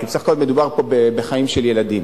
כי בסך הכול מדובר פה בחיים של ילדים.